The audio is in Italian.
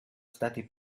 stati